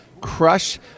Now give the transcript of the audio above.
crush